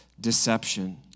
deception